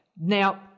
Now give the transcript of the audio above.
Now